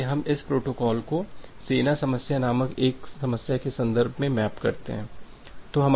इसलिए हम इस प्रोटोकॉल को सेना समस्या नामक एक समस्या के संदर्भ में मैप करते हैं